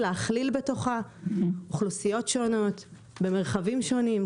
להכליל בתוכה אוכלוסיות שונות במרחבים שונים.